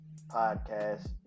podcast